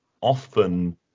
often